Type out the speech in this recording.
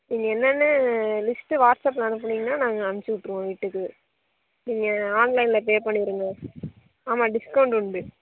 நீங்கள் என்னென்ன லிஸ்ட்டு வாட்ஸ்ஆப்பில் அனுப்புனிங்கன்னா நாங்கள் அமுச்சுவிட்ருவோம் வீட்டுக்கு நீங்கள் ஆன்லைனில் பே பண்ணிடுங்க ஆமாம் டிஸ்கவுண்ட் உண்டு